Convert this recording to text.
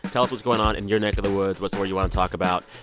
tell us what's going on in your neck of the woods, what story you want to talk about.